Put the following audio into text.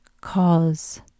cause